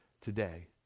today